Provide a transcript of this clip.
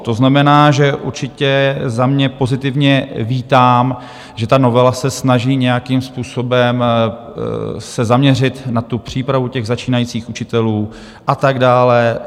To znamená, že určitě za mě pozitivně vítám, že ta novela se snaží nějakým způsobem zaměřit na přípravu těch začínajících učitelů, a tak dále.